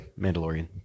Mandalorian